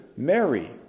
Mary